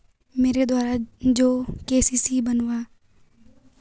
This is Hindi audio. मेरे द्वारा जो के.सी.सी बनवायी गयी है इसको पूरी करने की तिथि क्या है?